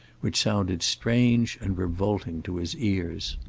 which sounded strange and revolting to his ears.